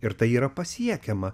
ir tai yra pasiekiama